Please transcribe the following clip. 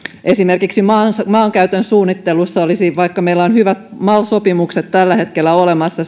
esimerkiksi maankäytön suunnittelussa olisi vaikka meillä on hyvät mal sopimukset tällä hetkellä olemassa